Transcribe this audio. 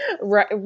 right